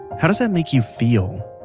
how does that make you feel?